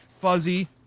fuzzy